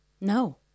no